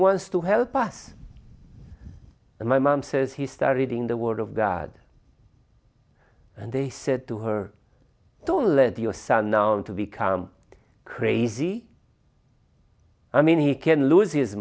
wants to help us and my mom says he started in the word of god and they said to her don't let your son noun to become crazy i mean he can lose his